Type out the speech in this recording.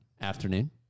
afternoon